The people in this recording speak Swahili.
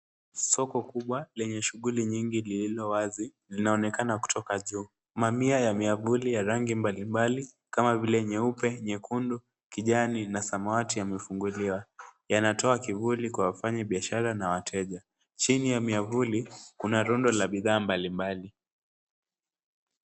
Soko kubwa lenye shughuli nyigni lililo wazi lineonekana kutoka juu. Mamia ya miavuli ya rangi mbalimbali kama vile nyeupe, nyekundu, kijani na samawati yamefunguliwa. Yanatoa kivuli kwa wafanyibiashara na wateja. Chini ya miavuli kuna rundo la bidhaa mbalimbali.